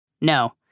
No